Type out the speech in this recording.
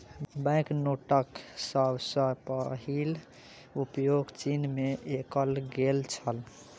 bank नोटक सभ सॅ पहिल उपयोग चीन में कएल गेल छल